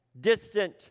Distant